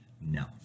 no